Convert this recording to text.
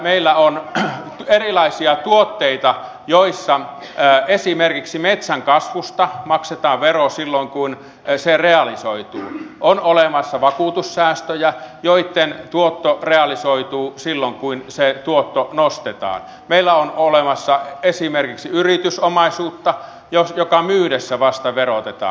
meillä on erilaisia tuotteita joissa esimerkiksi metsänkasvusta maksetaan vero silloin kun se realisoituu on olemassa vakuutussäästöjä joitten tuotto realisoituu silloin kun se tuotto nostetaan on olemassa esimerkiksi yritysomaisuutta jota myytäessä vasta verotetaan